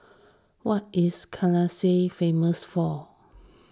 what is Kinshasa famous for